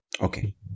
Okay